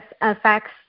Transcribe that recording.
affects